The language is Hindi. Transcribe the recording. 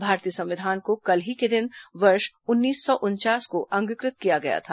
भारतीय संविधान को कल ही के दिन वर्ष उन्नीस सौ उनचास को अंगीकृत किया गया था